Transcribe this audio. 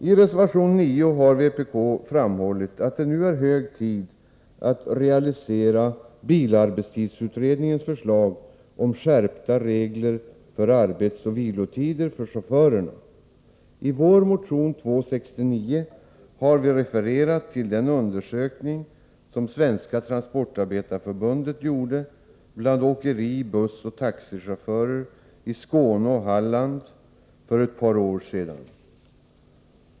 I reservation 9 har vpk framhållit att det nu är hög tid att realisera bilarbetstidsutredningens förslag om skärpta regler för arbetsoch vilotid för chaufförer. I vår motion 269 har vi refererat till den undersökning som Svenska transportarbetareförbundet gjorde bland åkeri-, bussoch taxichaufförer i Skåne och Halland för ett par år sedan.